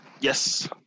Yes